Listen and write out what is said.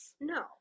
No